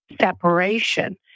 separation